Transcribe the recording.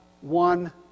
one